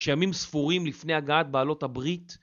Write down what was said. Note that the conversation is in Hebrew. כשימים ספורים לפני הגעת בעלות הברית